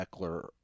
Eckler